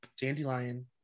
dandelion